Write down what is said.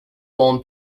mons